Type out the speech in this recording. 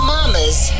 Mama's